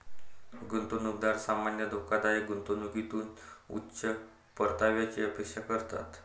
गुंतवणूकदार सामान्यतः धोकादायक गुंतवणुकीतून उच्च परताव्याची अपेक्षा करतात